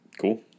cool